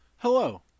Hello